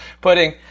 putting